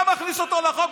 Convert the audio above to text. גם מכניס אותו לחוק,